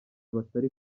batari